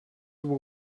will